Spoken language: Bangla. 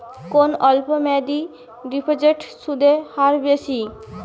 কোন অল্প মেয়াদি ডিপোজিটের সুদের হার বেশি?